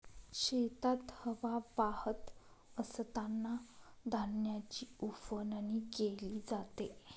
शेतात हवा वाहत असतांना धान्याची उफणणी केली जाते